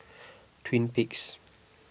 Twin Peaks